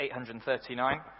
839